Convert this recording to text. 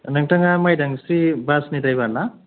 नोंथाङा मायदांस्रि बासनि द्राइबार ना